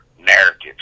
narratives